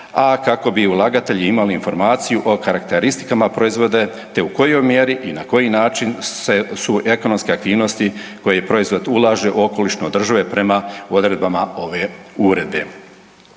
a kako bi ulagatelji imali informaciju o karakteristikama proizvoda te u kojoj mjeri i na koji način su ekonomske aktivnosti koje proizvod ulaže okolišno održive prema odredbama ove uredbe.